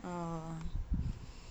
ah